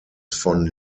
von